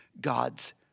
God's